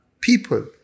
people